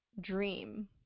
dream